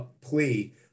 plea